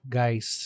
guys